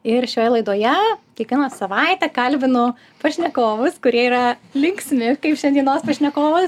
ir šioje laidoje kiekvieną savaitę kalbinu pašnekovus kurie yra linksmi kaip šiandienos pašnekovas